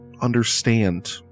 understand